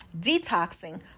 detoxing